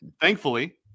thankfully